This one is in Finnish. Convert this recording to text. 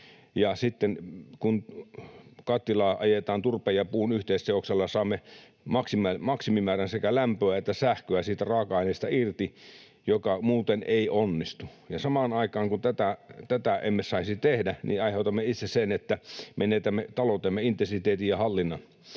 kun kattilaa ajetaan turpeen ja puun yhteisseoksella, saamme maksimimäärän sekä lämpöä että sähköä siitä raaka-aineesta irti, mikä muuten ei onnistu. Samaan aikaan kun tätä emme saisi tehdä, aiheutamme itse sen, että menetämme taloutemme intensiteetin ja hallinnan.